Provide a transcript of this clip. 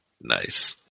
Nice